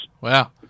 Wow